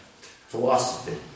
philosophy